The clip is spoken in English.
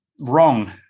wrong